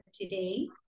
today